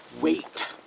Wait